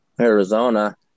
Arizona